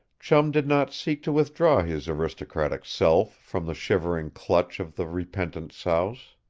chum did not seek to withdraw his aristocratic self from the shivering clutch of the repentant souse.